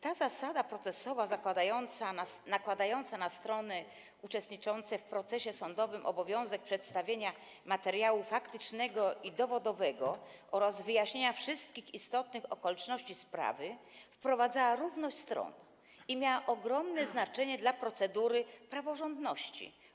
Ta zasada procesowa, nakładająca na strony uczestniczące w procesie sądowym obowiązek przedstawienia materiału faktycznego i dowodowego oraz wyjaśnienia wszystkich istotnych okoliczności sprawy, wprowadzała równość stron i miała ogromne znaczenie dla procedury praworządności.